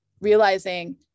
realizing